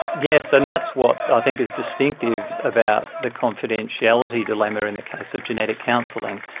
yes, and that's what, i think, is distinctive about the confidentiality dilemma in the case of genetic counselling,